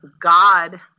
God